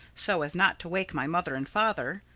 so as not to wake my mother and father,